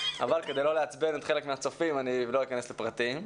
כדי לא לעצבן חלק מהצופים, אני לא אכנס לפרטים.